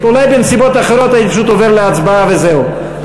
אולי בנסיבות אחרות הייתי פשוט עובר להצבעה וזהו,